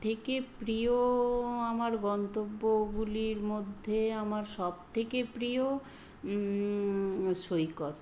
থেকে প্রিয় আমার গন্তব্যগুলির মধ্যে আমার সবথেকে প্রিয় সৈকত